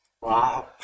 Wow